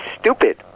stupid